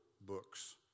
books